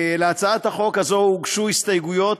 להצעת החוק הוגשו הסתייגויות,